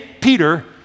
Peter